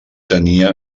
tenia